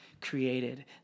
created